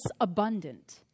abundant